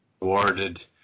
awarded